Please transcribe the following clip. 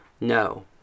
No